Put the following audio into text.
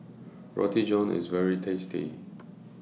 Roti John IS very tasty